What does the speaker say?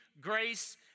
grace